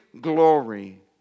glory